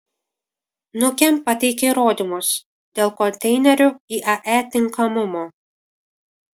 nukem pateikė įrodymus dėl konteinerių iae tinkamumo